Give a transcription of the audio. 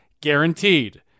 guaranteed